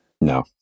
No